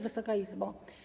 Wysoka Izbo!